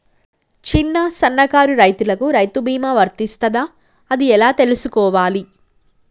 చిన్న సన్నకారు రైతులకు రైతు బీమా వర్తిస్తదా అది ఎలా తెలుసుకోవాలి?